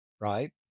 right